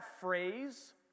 phrase